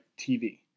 TV